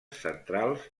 centrals